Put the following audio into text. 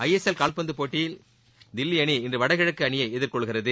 ISL கால்பந்து போட்டியில் தில்லி அணி இன்று வடகிழக்கு அணியை எதிர் கொள்கிறது